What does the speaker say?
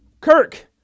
Kirk